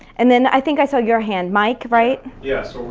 and then i think i saw your hand. mike, right? yeah, so